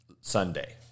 Sunday